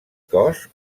cos